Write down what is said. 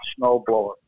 snowblower